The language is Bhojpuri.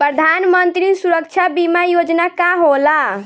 प्रधानमंत्री सुरक्षा बीमा योजना का होला?